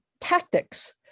tactics